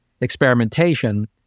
experimentation